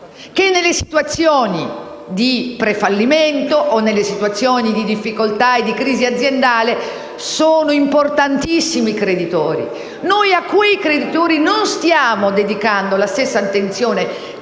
che nelle situazioni di prefallimento, di difficoltà e di crisi aziendale sono importantissimi. Noi a quei creditori non stiamo dedicando la stessa attenzione,